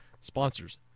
sponsors